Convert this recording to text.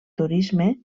turisme